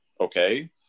okay